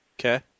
Okay